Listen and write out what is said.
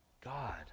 God